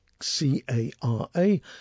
C-A-R-A